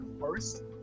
first